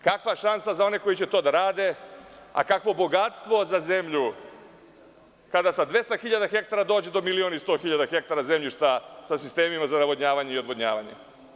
Kakva šansa za one koji će to da rade, a kakvo bogatstvo za zemlju kada sa 200 hiljada hektara se dođe na milion i 100 hiljada hektara zemljišta sa sistemima za navodnjavanje i odvodnjavanje?